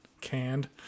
canned